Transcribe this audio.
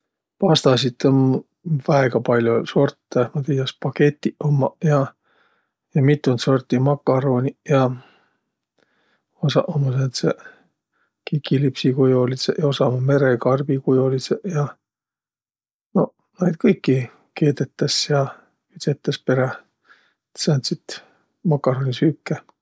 Pastasit um väega pall'o sortõ. Ma tiiä, spagetiq ummaq ja, ja mitund sorti makarooniq ja. Osaq ummaq sääntseq kikilipsikujolidsõq ja osaq ummaq merekarbikujolidsõq ja. No naid kõiki keedetäs ja küdsetäs peräh. Et sääntsit makaroonisüüke.